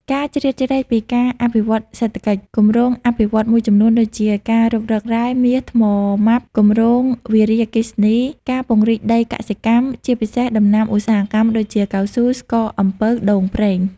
ការជ្រៀតជ្រែកពីការអភិវឌ្ឍសេដ្ឋកិច្ច គម្រោងអភិវឌ្ឍន៍មួយចំនួនដូចជា ការរុករករ៉ែ មាស ថ្មម៉ាប គម្រោងវារីអគ្គិសនី ការពង្រីកដីកសិកម្ម ជាពិសេសដំណាំឧស្សាហកម្មដូចជា កៅស៊ូ ស្ករអំពៅ ដូងប្រេង។